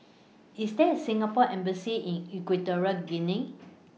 IS There A Singapore Embassy in Equatorial Guinea